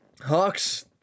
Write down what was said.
Hawks